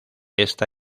esta